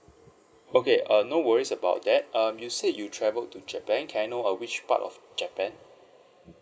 okay uh no worries about that um you said you travelled to japan can I know uh which part of japan